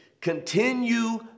continue